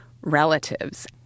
relatives